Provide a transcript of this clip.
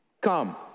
Come